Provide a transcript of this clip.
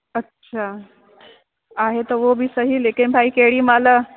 अच्छा आहे त उहो बि सही लेकिनि भाई केॾहिं महिल